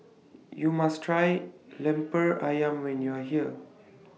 YOU must Try Lemper Ayam when YOU Are here